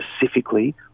specifically